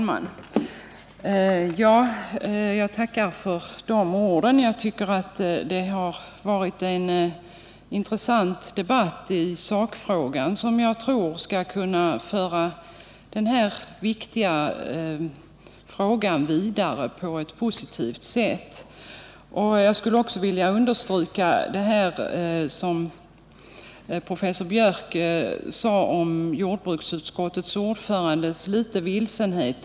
Herr talman! Jag tackar för de orden. Jag tycker att det har varit en intressant debatt i sakfrågan, och jag tror att den skall kunna föra den här viktiga frågan vidare på ett positivt sätt. Jag skulle också vilja understryka det professor Biörck sade om jordbruksutskottets ordförandes vilsenhet.